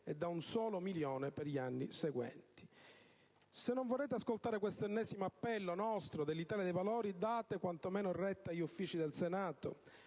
e di un solo milione per gli anni seguenti. Se non volete ascoltare questo ennesimo appello, dell'Italia dei Valori, date quanto meno retta agli Uffici del Senato